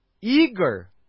Eager